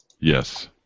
Yes